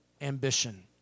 ambition